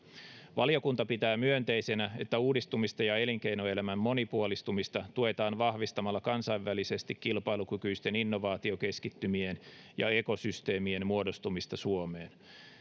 valiokunta pitää myönteisenä että uudistumista ja elinkeinokeinoelämän monipuolistumista tuetaan vahvistamalla kansainvälisesti kilpailukykyisten innovaatiokeskittymien ja ekosysteemien muodostumista suomeen